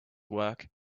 work